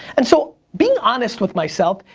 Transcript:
and so, being honest with myself,